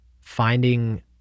finding